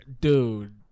Dude